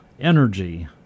Energy